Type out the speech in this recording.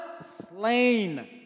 slain